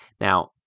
Now